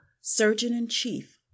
surgeon-in-chief